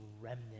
remnant